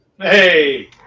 Hey